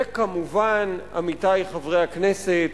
וכמובן, עמיתי חברי הכנסת,